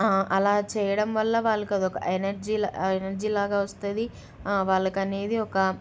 అలా చేయడం వల్ల వాళ్ళకి అదొక ఎనర్జీ ఎనర్జీలాగా వస్తుంది వాళ్లకి అనేది ఒక